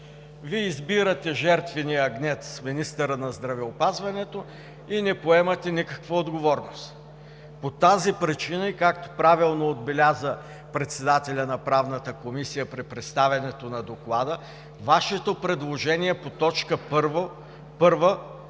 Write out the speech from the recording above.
Вие избирате жертвения агнец – министъра на здравеопазването, и не поемате никаква отговорност“. По тази причина, и както правилно отбеляза председателят на Правната комисия при представянето на Доклада, Вашето предложение по т. 1